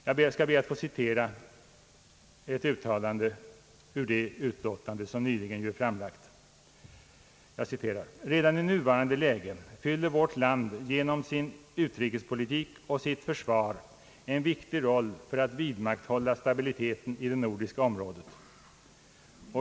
Jag skall be att få citera ett uttalande i utredningens nyligen avlämnade betänkande: »Redan i nuvarande läge fyller vårt land genom sin utrikespolitik och sitt försvar en viktig roll för att vidmakthålla stabiliteten i det nordiska området.